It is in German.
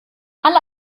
alle